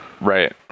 Right